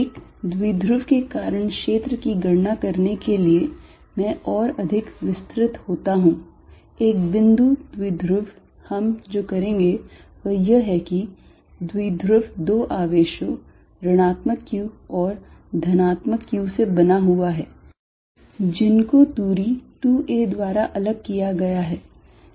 एक द्विध्रुव के कारण क्षेत्र की गणना करने के लिए मैं और अधिक विस्तृत होता हूँ एक बिंदु द्विध्रुव हम जो करेंगे वह यह है कि द्विध्रुव 2 आवेशों ऋणात्मक q और धनात्मक q से बना हुआ है जिनको दूरी 2a द्वारा अलग किया गया है